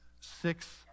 six